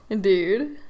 dude